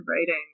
writing